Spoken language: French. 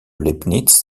leibniz